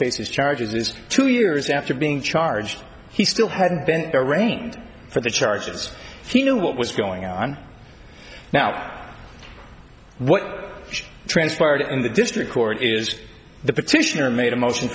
these charges two years after being charged he still hadn't been arraigned for the charges he knew what was going on now what transpired in the district court is the petitioner made a motion